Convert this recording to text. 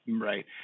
Right